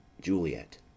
Juliet